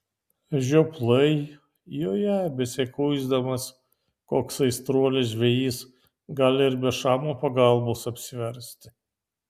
žioplai joje besikuisdamas koks aistruolis žvejys gali ir be šamo pagalbos apsiversti